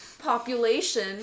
population